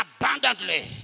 abundantly